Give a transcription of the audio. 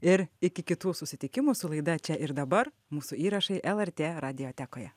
ir iki kitų susitikimų su laida čia ir dabar mūsų įrašai lrt radiotekoje